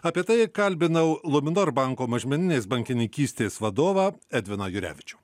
apie tai kalbinau luminor banko mažmeninės bankininkystės vadovą edviną jurevičių